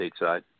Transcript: Stateside